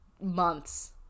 months